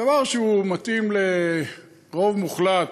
דבר שמתאים לרוב המוחלט,